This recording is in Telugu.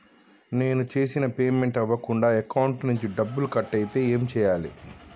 నేను చేసిన పేమెంట్ అవ్వకుండా అకౌంట్ నుంచి డబ్బులు కట్ అయితే ఏం చేయాలి?